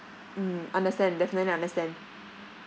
mm understand definitely understand